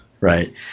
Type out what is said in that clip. right